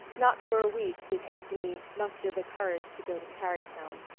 not for a week did anthony muster the courage to go to tarrytown.